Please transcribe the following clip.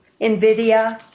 NVIDIA